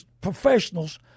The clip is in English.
professionals